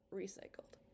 recycled